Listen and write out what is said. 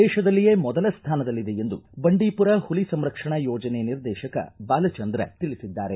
ದೇಶದಲ್ಲಿಯೇ ಮೊದಲ ಸ್ಥಾನದಲ್ಲಿದೆ ಎಂದು ಬಂಡೀಪುರ ಹುಲಿ ಸಂರಕ್ಷಣಾ ಯೋಜನೆ ನಿರ್ದೇತಕ ಬಾಲಚಂದ್ರ ತಿಳಿಸಿದ್ದಾರೆ